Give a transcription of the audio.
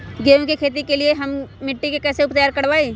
गेंहू की खेती के लिए हम मिट्टी के कैसे तैयार करवाई?